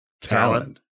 talent